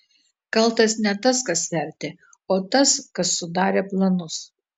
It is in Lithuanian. kaltas ne tas kas vertė o tas kas sudarė planus